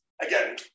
Again